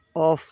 off